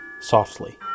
softly